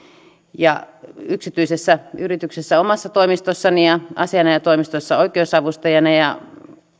yksityisessä yrityksessä omassa toimistossani ja asianajotoimistossa oikeus avustajana ja